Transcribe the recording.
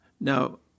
Now